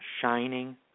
shining